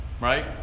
right